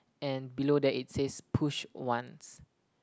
and below that it says push once